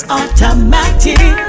automatic